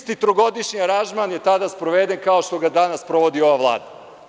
Isti trogodišnji aranžman je tada sproveden kao što ga danas sprovodi ova Vlada.